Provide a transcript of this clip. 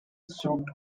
should